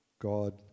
God